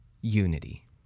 unity